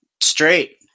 straight